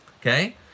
Okay